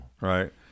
Right